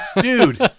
Dude